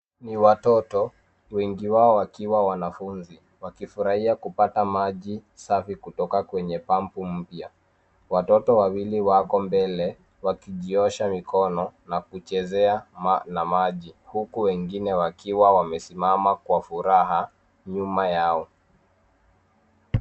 Ni watoto wengi wao wakiwa wanafunzi wakifurahia kupata maji safi kutoka kwenye pampu mpya. Watoto wawili wako mbele wakijiosha mikono na kuchezea na maji huku wengine wakiwa wamesimama kwa furaha nyuma yao.